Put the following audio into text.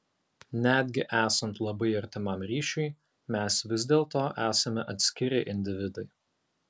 netgi esant labai artimam ryšiui mes vis dėlto esame atskiri individai